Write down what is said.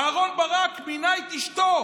אהרן ברק מינה את אשתו